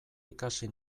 ikasi